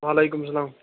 وعلیکُم سَلام